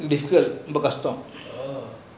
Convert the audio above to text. difficult ரொம்ப கஷ்டம்:romba kastam